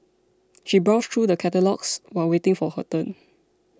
she browsed through the catalogues while waiting for her turn